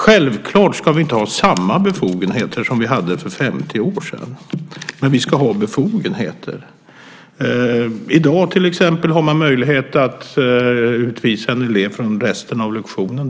Vi ska naturligtvis inte ha samma befogenheter som vi hade för 50 år sedan, men vi ska ha befogenheter. I dag har man till exempel möjlighet att utvisa en elev från resten av lektionen.